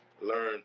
learn